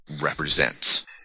represents